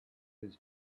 his